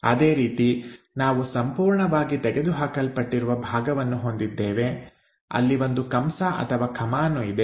ಅದೇ ರೀತಿ ನಾವು ಸಂಪೂರ್ಣವಾಗಿ ತೆಗೆದುಹಾಕಲ್ಪಟ್ಟಿರುವ ಭಾಗವನ್ನು ಹೊಂದಿದ್ದೇವೆ ಅಲ್ಲಿ ಒಂದು ಕಮಾನು ಇದೆ